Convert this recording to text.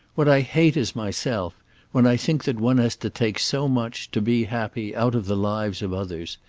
what i hate is myself when i think that one has to take so much, to be happy, out of the lives of others,